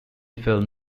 film